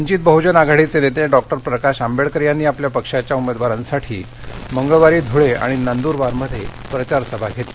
वंघित बहुजन आघाडीचे नेते डॉ प्रकाश आंबेडकर यांनी आपल्या पक्षाच्या उमेदवारांसाठी मंगळवारी धुळे आणि नंदुरबारमध्ये प्रचार सभा घेतल्या